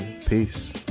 Peace